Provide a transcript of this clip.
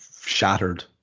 shattered